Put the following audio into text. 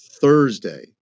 Thursday